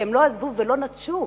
שהם לא עזבו ולא נטשו